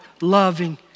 loving